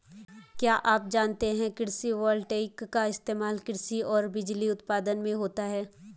क्या आप जानते है कृषि वोल्टेइक का इस्तेमाल कृषि और बिजली उत्पादन में होता है?